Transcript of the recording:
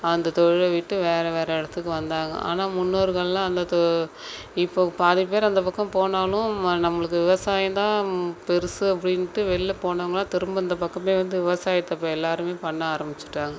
அந்த தொழில விட்டு வேறு வேறு இடத்துக்கு வந்தாங்க ஆனால் முன்னோர்களெலாம் அந்த தொ இப்போ பாதி பேர் அந்த பக்கம் போனாலும் ம நம்பளுக்கு விவசாயம்தான் பெரிசு அப்படின்ட்டு வெளில போனவங்களாம் திரும்ப இந்த பக்கம் வந்து விவசாயத்தை இப்போ எல்லோருமே பண்ண ஆரம்பிச்சுட்டாங்க